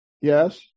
Yes